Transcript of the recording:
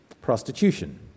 prostitution